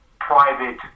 private